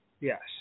Yes